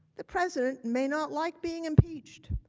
the president may not like being impeached.